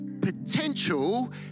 potential